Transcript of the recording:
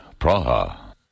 Praha